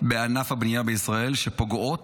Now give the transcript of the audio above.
נעבור כעת לנושא הבא שעל סדר-היום,